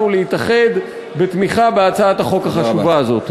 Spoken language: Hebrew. להתאחד בתמיכה בהצעת החוק החשובה הזאת.